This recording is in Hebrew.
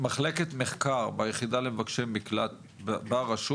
מחלקת מחקר ביחידה למבקשי מקלט ברשות